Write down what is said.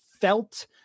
felt